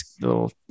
little